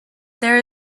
there